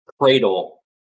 cradle